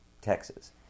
Texas